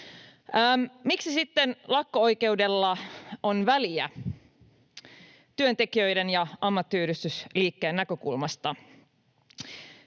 Miksi sitten lakko-oikeudella on väliä työntekijöiden ja ammattiyhdistysliikkeen näkökulmasta?